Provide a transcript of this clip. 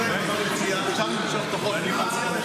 מציע לך לא להתנגד עכשיו,